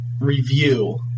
review